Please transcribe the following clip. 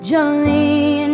Jolene